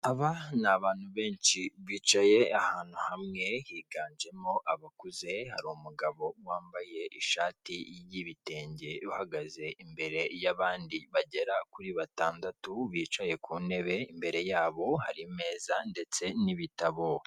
Aba ni abantu benshi, bicaye ahantu hamwe, higanjemo abakuze, hari umugabo wambaye ishati y'ibitenge uhagaze imbere y'abandi bagera kuri batandatu, bicaye kuntebe, imbere yabo hari imeza ndetse n'ibitabo.